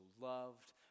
loved